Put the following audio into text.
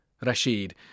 Rashid